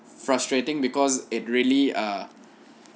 frustrating because it really ah